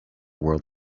world